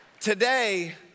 Today